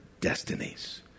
destinies